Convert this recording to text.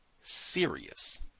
serious